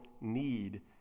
need